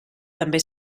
també